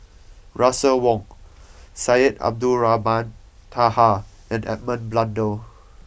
Russel Wong Syed Abdulrahman Taha and Edmund Blundell